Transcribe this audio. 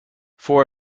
for